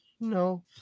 no